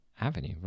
Avenue